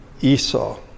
Esau